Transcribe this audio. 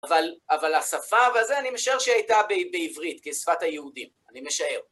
אבל... אבל השפה והזה, אני משער שהייתה בעברית כשפת היהודים, אני משער.